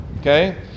okay